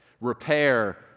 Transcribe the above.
repair